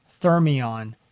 Thermion